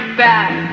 back